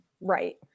Right